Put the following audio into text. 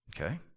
okay